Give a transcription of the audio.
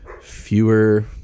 fewer